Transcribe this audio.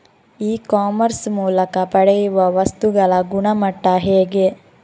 E commerce ಮೂಲಕ ಪಡೆಯುವ ವಸ್ತುಗಳ ಗುಣಮಟ್ಟ ಹೇಗೆ?